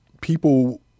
people